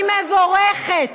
היא מבורכת.